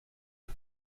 eux